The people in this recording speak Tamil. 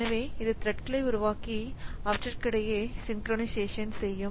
எனவே இதுத்ரெட்களை உருவாக்கி அவற்றுக்கிடையே சின்குறைநைசேஷன் செய்யும்